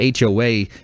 hoa